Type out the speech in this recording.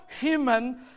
human